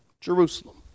Jerusalem